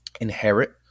inherit